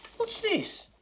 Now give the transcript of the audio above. what's this?